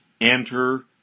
enter